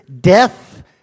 death